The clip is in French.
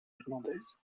irlandaise